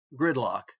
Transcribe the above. gridlock